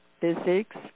physics